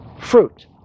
fruit